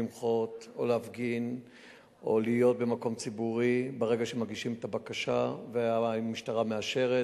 למחות או להיות במקום ציבורי ברגע שמגישים את הבקשה והמשטרה מאשרת.